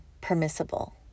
permissible